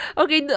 okay